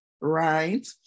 Right